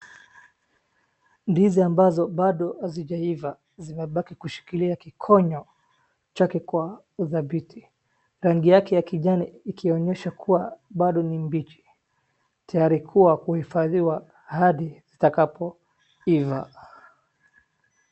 Ndizi ambazo bado hazijaiva zimebaki kushikilia kikonyo chake kwa udhabiti. Rangi yake ya kijani ikionyesha kuwa bado ni mbichi tayari kwa kuhifadhiwa hadi zitakapoiva.